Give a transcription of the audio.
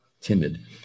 timid